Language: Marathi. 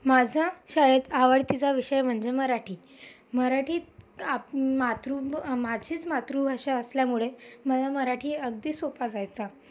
माझा शाळेत आवडतीचा विषय म्हणजे मराठी मराठीत आप मातृ माझीच मातृभाषा असल्यामुळे मला मराठी अगदी सोपा जायचा